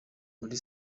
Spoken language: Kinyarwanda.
muri